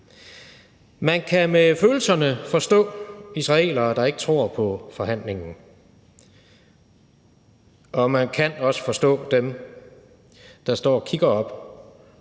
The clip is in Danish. Man kan med følelserne forstå israelere, der ikke tror på forhandlingen, og man kan også forstå dem, der står og kigger op